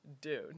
dude